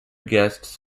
guests